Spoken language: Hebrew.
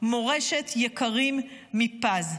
מורשת יקרים מפז.